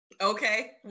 Okay